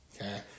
okay